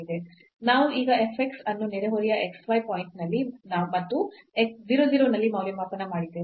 ನಾವು ಈಗ f x ಅನ್ನು ನೆರೆಹೊರೆಯ x y ಪಾಯಿಂಟ್ನಲ್ಲಿ ಮತ್ತು 0 0 ನಲ್ಲಿ ಮೌಲ್ಯಮಾಪನ ಮಾಡಿದ್ದೇವೆ